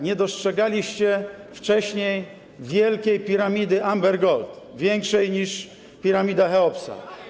Nie dostrzegaliście wcześniej wielkiej piramidy Amber Gold, większej niż piramida Cheopsa.